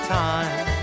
time